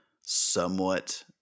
somewhat